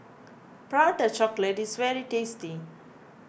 Prata Chocolate is very tasty